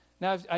Now